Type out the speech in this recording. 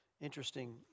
interesting